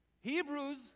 Hebrews